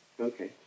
Okay